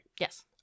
Yes